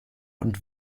und